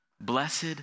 blessed